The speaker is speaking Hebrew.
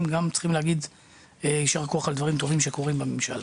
צריך להגיד ישר כוח על דברים טובים שקורים בממשלה.